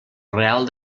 real